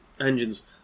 Engines